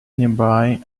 nearby